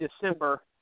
December